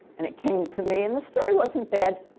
and it came to me. and the story wasn't bad.